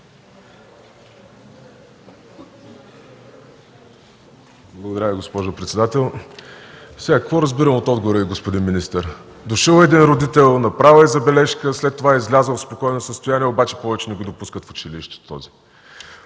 Благодаря Ви, госпожо председател. Какво разбирам от отговора Ви, господин министър? Дошъл един родител, направил е забележка, след това излязъл в спокойно състояние, обаче повече не го допускат в училище.